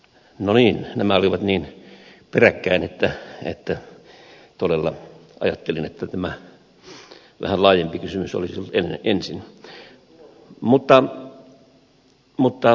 no niin nämä olivat niin peräkkäin että todella ajattelin että tämä vähän laajempi kysymys olisi ollut ensin